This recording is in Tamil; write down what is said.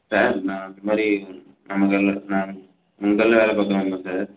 சார் நான் இந்த மாதிரி நம்ம கடையில் நான் உங்கள் கடையில் வேலை பார்க்குற ஆள் தான் சார்